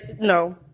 no